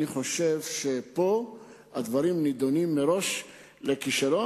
פה הדברים נידונים מראש לכישלון.